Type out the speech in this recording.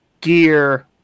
gear